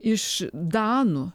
iš danų